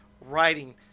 writing